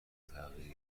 تغییر